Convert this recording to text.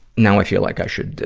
now i feel like i should,